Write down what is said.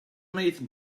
nathan